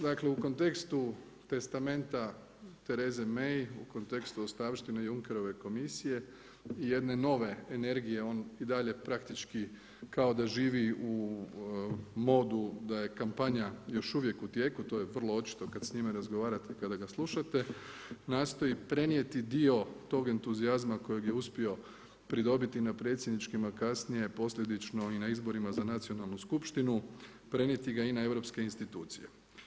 Dakle u kontekstu testamenta Therese May, u kontekstu ostavštine Junckerove komisije, jedne nove energije on i dalje praktički kao da živi u modu da je kampanja u tijeku, to je vrlo očito kad s njime razgovarate kada ga slušate, nastoji prenijeti dio tog entuzijazma kojeg je uspio pridobiti na predsjedničkim a kasnije posljedično i na izborima za nacionalnu skupštinu, prenijeti ga i na europske institucije.